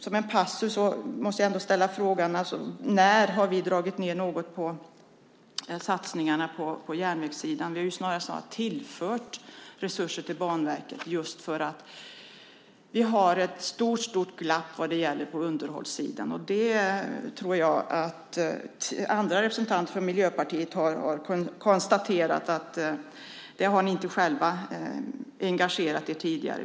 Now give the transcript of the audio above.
Jag måste emellertid ställa frågan: När har vi dragit ned på satsningarna på järnvägar? Vi har snarast tillfört resurser till Banverket just för att vi har ett stort glapp på underhållssidan. Jag tror att andra representanter för Miljöpartiet konstaterat att ni inte engagerat er i det tidigare.